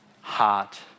heart